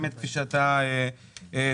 באמת כפי שאתה ציינת.